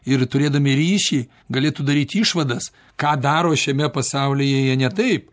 ir turėdami ryšį galėtų daryti išvadas ką daro šiame pasaulyje jie ne taip